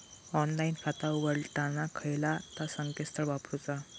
Online खाता उघडताना खयला ता संकेतस्थळ वापरूचा?